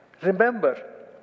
Remember